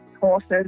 horses